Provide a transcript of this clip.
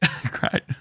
Great